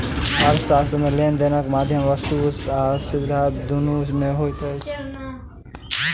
अर्थशास्त्र मे लेन देनक माध्यम वस्तु आ सुविधा दुनू मे होइत अछि